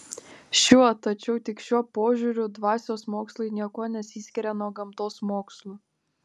šiuo tačiau tik šiuo požiūriu dvasios mokslai niekuo nesiskiria nuo gamtos mokslų